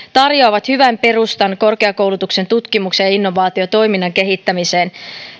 tarjoavat hyvän perustan korkeakoulutuksen tutkimuksen ja innovaatiotoiminnan kehittämiseen